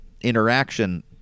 interaction